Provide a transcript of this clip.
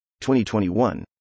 2021